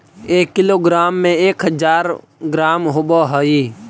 एक किलोग्राम में एक हज़ार ग्राम होव हई